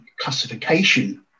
classification